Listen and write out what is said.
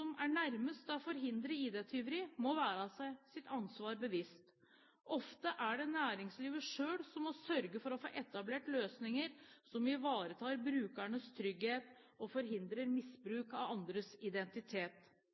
er nærmest til å forhindre ID-tyveri, må være seg sitt ansvar bevisst. Ofte er det næringslivet selv som må sørge for å få etablert løsninger som ivaretar brukernes trygghet og forhindrer misbruk av andres identitet.